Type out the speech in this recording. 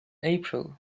april